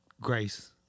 Grace